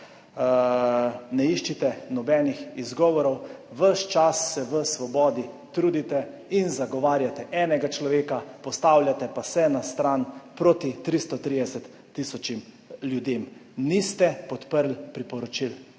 Ne iščite nobenih izgovorov. Ves čas se v Svobodi trudite in zagovarjate enega človeka, postavljate pa se na stran proti 330 tisoč ljudem. Niste podprli priporočil,